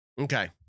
Okay